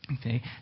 Okay